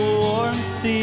warmth